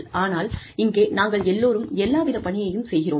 ஆனால் இங்கே நாங்கள் எல்லோரும் எல்லா வித பணியையும் செய்கிறோம்